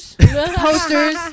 posters